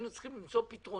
היינו צריכים למצוא פתרונות